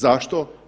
Zašto?